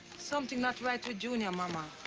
something not right with junior, momma.